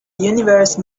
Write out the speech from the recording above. universe